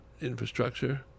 infrastructure